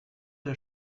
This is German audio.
der